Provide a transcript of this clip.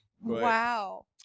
wow